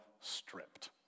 stripped